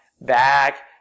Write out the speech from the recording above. back